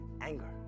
anger